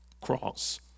cross